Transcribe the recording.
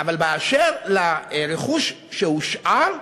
אבל אשר לרכוש שהושאר,